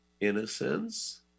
innocence